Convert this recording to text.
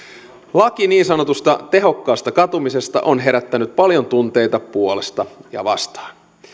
laki niin sanotusta tehokkaasta katumisesta on herättänyt paljon tunteita puolesta ja vastaan